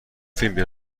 فیلمی